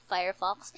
Firefox